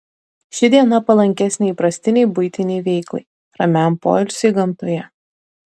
ši diena palankesnė įprastinei buitinei veiklai ramiam poilsiui gamtoje